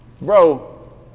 Bro